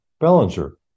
Bellinger